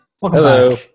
Hello